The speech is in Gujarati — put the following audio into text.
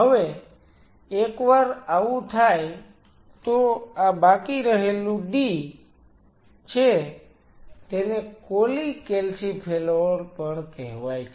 હવે એકવાર આવું થાય તો આ બાકી રહેલું d છે તેને કોલીકેલ્સીફેરોલ cholecalciferol પણ કહેવાય છે